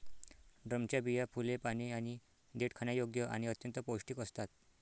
ड्रमच्या बिया, फुले, पाने आणि देठ खाण्यायोग्य आणि अत्यंत पौष्टिक असतात